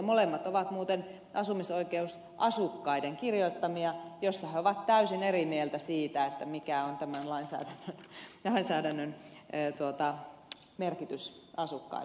molemmat ovat asumisoikeusasukkaiden kirjoittamia joissa he ovat täysin eri mieltä siitä mikä on tämän lainsäädännön merkitys asukkaille